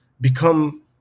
become